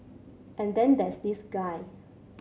and then there's this guy